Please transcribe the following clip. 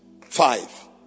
five